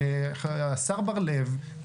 הרי השר בר לב,